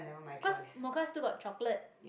cause mocha still got chocolate